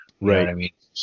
Right